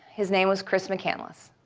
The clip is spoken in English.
his name was chris mccandless.